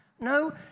No